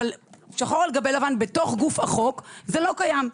אבל שחור על גבי לבן בגוף החוק זה לא קיים.